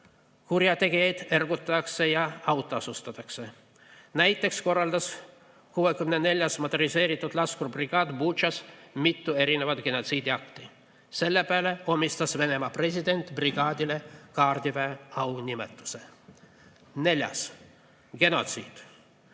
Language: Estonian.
Kurjategijaid ergutatakse ja autasustatakse. Näiteks korraldas 64. motoriseeritud laskurbrigaad Butšas mitu erinevat genotsiidiakti. Selle peale omistas Venemaa president brigaadile kaardiväe aunimetuse. Neljandaks: genotsiid.